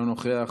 אינו נוכח,